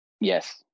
Yes